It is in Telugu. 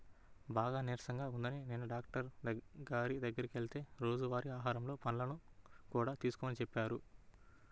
బాగా నీరసంగా ఉందని నిన్న డాక్టరు గారి దగ్గరికి వెళ్తే రోజువారీ ఆహారంలో పండ్లను కూడా తీసుకోమని చెప్పాడు